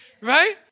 right